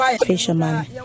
Fisherman